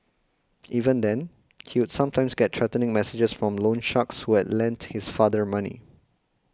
even then he would sometimes get threatening messages from loan sharks who had lent his father money